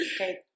Okay